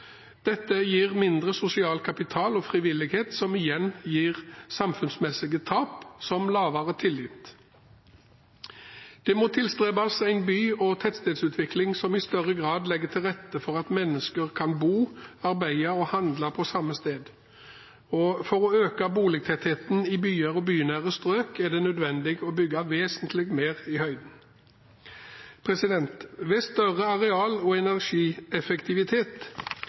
frivillighet, noe som igjen gir samfunnsmessige tap som lavere tillit. Det må tilstrebes en by- og tettstedsutvikling som i større grad legger til rette for at mennesker kan bo, arbeide og handle på samme sted. For å øke boligtettheten i byer og bynære strøk er det nødvendig å bygge vesentlig mer i høyden. Større areal- og energieffektivitet